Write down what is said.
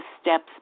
steps